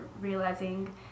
realizing